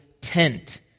tent